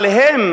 אבל הם,